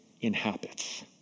Inhabits